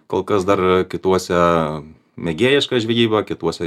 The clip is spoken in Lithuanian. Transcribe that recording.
kol kas dar kituose mėgėjiška žvejyba kituose